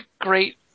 great